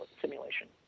simulation